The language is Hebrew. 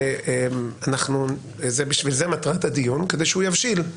זאת מטרת הדיון, כדי שהוא יבשיל.